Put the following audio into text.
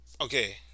Okay